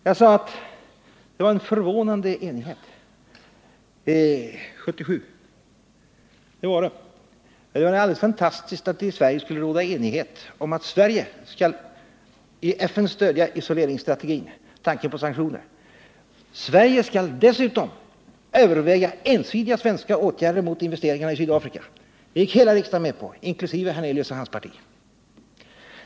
Jag sade att det var en förvånande enighet 1977. Det var något alldeles fantastiskt att det i vårt land skulle råda enighet om att Sverige inte bara i FN skall stödja isoleringsstrategin, tanken på sanktioner, utan att Sverige dessutom skall överväga ensidiga åtgärder mot investeringarna i Sydafrika. Det gick hela riksdagen med på — inkl. herr Hernelius och hans parti.